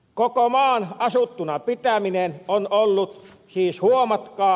koko maan asuttuna pitäminen on ollut siis huomatkaa